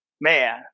man